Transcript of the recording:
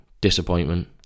disappointment